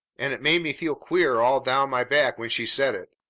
and it made me feel queer all down my back when she said it,